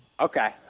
Okay